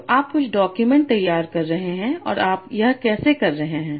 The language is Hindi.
तो आप कुछ डॉक्यूमेंट तैयार कर रहे हैं और आप यह कैसे कर रहे हैं